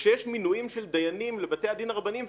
וכשיש מינויים של דיינים לבתי הדין הרבניים,